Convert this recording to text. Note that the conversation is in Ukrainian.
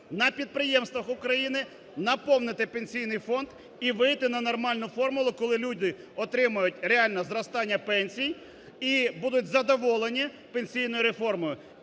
на підприємствах України, наповнити Пенсійний фонд і вийти на нормальну формулу, коли люди отримують реальне зростання пенсій і будуть задоволені пенсійною реформою.